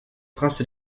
prince